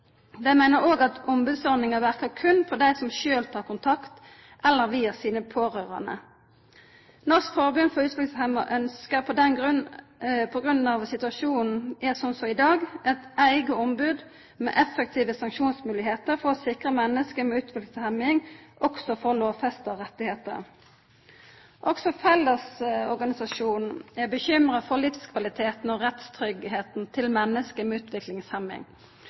Dei meiner òg at ombodsordninga verkar berre for dei som sjølve, eller via sine pårørande, tek kontakt. NFU ynskjer, på grunn av at situasjonen er som i dag, eit eige ombod med effektive sanksjonsmoglegheiter for å sikra at menneske med utviklingshemming også får lovfesta rettar. Også Fellesorganisasjonen er bekymra for livskvaliteten og rettstryggleiken til menneske med utviklingshemming.